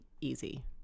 easy